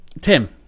Tim